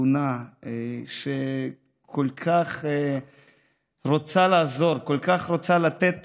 הגונה, שכל כך רוצה לעזור, כל כך רוצה לתת